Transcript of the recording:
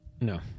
No